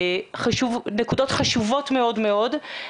נקודות חשובות מאוד מאוד.